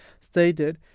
stated